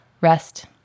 rest